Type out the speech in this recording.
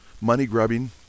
money-grubbing